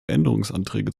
änderungsanträge